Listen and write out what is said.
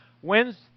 When's